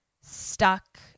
stuck